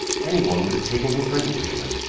any one would have taken him for an englishman.